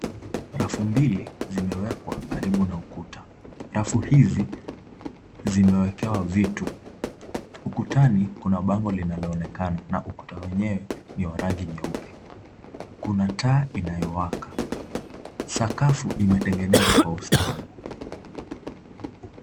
Rafu mbili zimewekwa karibu na ukuta. Rafu hizi zimewekewa vitu. Ukutani kuna bango linaloonekana na ukuta wenyewe ni wa rangi nyeupe. Kuna taa inayowaka. Sakafu imetengenezwa kwa ustadi.